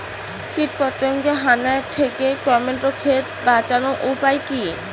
কীটপতঙ্গের হানা থেকে টমেটো ক্ষেত বাঁচানোর উপায় কি?